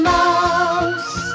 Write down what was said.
Mouse